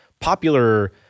popular